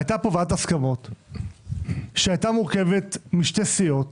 הייתה פה ועדת הסכמות שמורכבת משתי סיעות